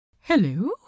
Hello